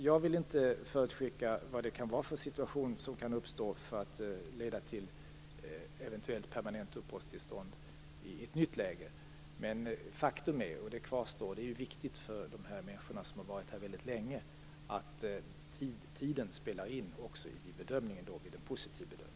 Jag vill inte förutskicka vad det kan vara för situation som kan uppstå för att det skall leda till eventuellt permanent uppehållstillstånd i ett nytt läge. Men faktum är, och det kvarstår, och det är viktigt för de människor som har varit här väldigt länge, att tiden spelar in också vid en positiv bedömning.